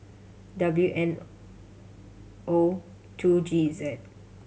W M O two G Z